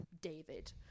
David